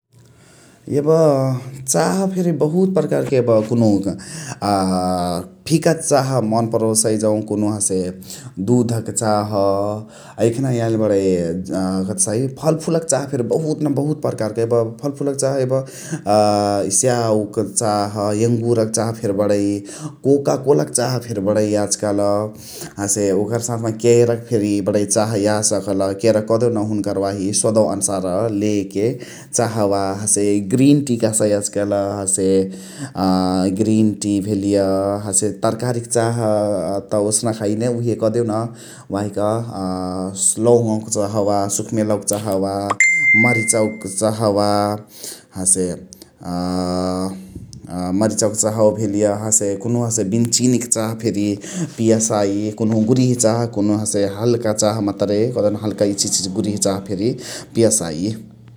एब चाह फेरी बहुत पर्कारक एब कुनुहु अ फिका चाह मन परोसही जौ कुनुहु । कुनुहु हसे दुधक चाह अ एखाने याइली बणइ कथसाइ फलफुल चाह फेरी बहुत न बहुत पर्कारक एब फलफुल चाह एब अ स्याउक चाह्, एङगुरक चाह बणइ । कोका कोला क चाह फेरी बणइ याज काल । हसे ओकर साथमा केरा क फेरी बणइ चाह यासकल । क्यारा कदेउन हुन्कर वाही सोदवा अनुसार लेके चाहवा । हसे ग्रीन टि कहसाइ याज काल । हसे अ ग्रीन टि भेलिय हसे तरकारिक चाह त ओसनक हैने उहे कदेउन । वाहिक अ लौङावक चहवा सुखमेलवक चहवा । मरिचावक चहवा हसे अ मरिचावक चहवा भेलिय । हसे कुनुहु हसे बिनचिनिक चाह फेरी पियसाइ हसे कुनुहु गुरिह चाह हसे हल्का चाह मतुरे कदेउन हल्का इचिची गुरिहा चाह फेरी पियसाइ ।